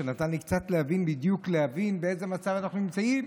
שנתן לי להבין בדיוק באיזה מצב אנחנו נמצאים.